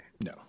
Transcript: No